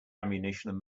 ammunition